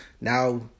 now